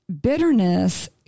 bitterness